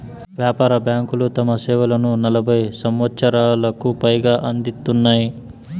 వ్యాపార బ్యాంకులు తమ సేవలను నలభై సంవచ్చరాలకు పైగా అందిత్తున్నాయి